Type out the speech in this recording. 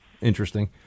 Interesting